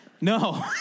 No